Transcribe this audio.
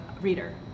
reader